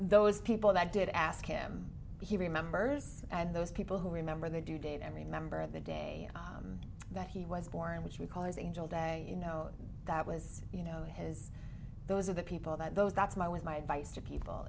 those people that did ask him he remembers and those people who remember they do date and remember the day that he was born which we call his angel day you know that was you know his those are the people that those that's my was my advice to people